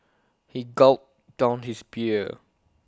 he gulped down his beer